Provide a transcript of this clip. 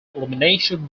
elimination